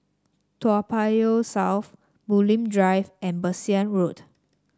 Toa Payoh South Bulim Drive and Bassein Road